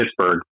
Pittsburgh